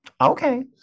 okay